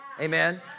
Amen